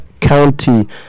County